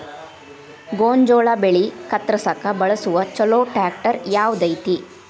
ಗೋಂಜಾಳ ಬೆಳೆ ಕತ್ರಸಾಕ್ ಬಳಸುವ ಛಲೋ ಟ್ರ್ಯಾಕ್ಟರ್ ಯಾವ್ದ್ ಐತಿ?